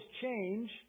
change